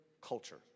culture